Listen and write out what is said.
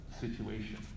situation